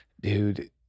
dude